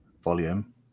volume